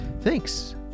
Thanks